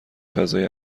فضای